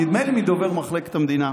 נדמה לי מדובר מחלקת המדינה,